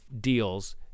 deals